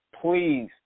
Please